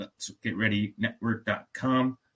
let'sgetreadynetwork.com